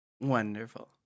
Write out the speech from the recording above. Wonderful